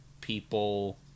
people